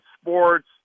sports